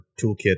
toolkit